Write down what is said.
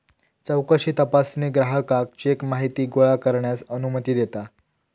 चौकशी तपासणी ग्राहकाक चेक माहिती गोळा करण्यास अनुमती देता